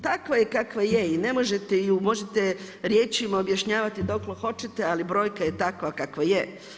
Takva je kakva je i ne možete ju, možete riječima objašnjavati koliko hoćete ali brojka je takva kakva je.